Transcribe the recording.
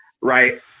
right